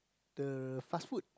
the fast food